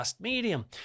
medium